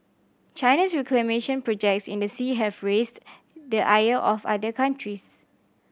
China's reclamation projects in the sea have raised the ire of other countries